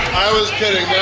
i was kidding,